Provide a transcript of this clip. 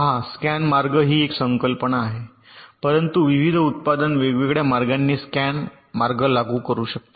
पहा स्कॅन मार्ग ही एक संकल्पना आहे परंतु विविध उत्पादन वेगवेगळ्या मार्गांनी स्कॅन मार्ग लागू करू शकते